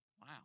Wow